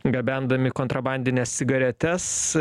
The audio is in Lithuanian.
gabendami kontrabandines cigaretes